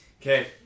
Okay